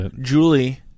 Julie